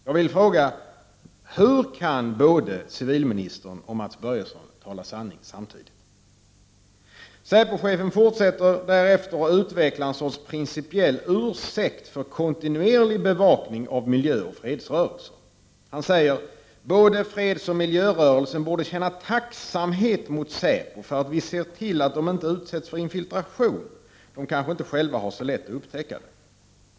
Jag vill fråga: Hur kan både civilministern och Mats Börjesson tala sanning samtidigt? Säpochefen fortsätter därefter och utvecklar en sorts principiell ursäkt för kontinuerlig bevakning av miljöoch fredsrörelsen. Han säger: Både fredsoch miljörörelsen borde känna tacksamhet mot säpo för att vi ser till att de inte utsätts för infiltration. De kanske inte själva har så lätt att upptäcka det.